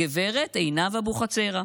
הגברת עינב אבוחצירא.